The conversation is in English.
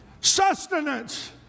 sustenance